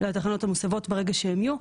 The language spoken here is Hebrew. לתחנות המוסבות, ברגע שהן יהיו.